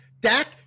Dak